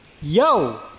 Yo